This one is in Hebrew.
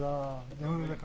העניין של